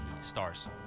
Stars